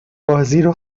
بازیرو